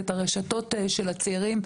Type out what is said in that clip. את הרשתות של הצעירים,